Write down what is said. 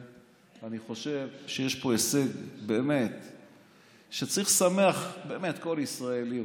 אני חושב שיש פה הישג שצריך לשמח באמת כל ישראלי,